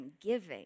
giving